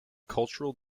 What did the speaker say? cultural